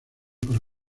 para